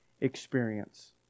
experience